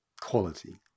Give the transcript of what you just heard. quality